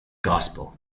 gospel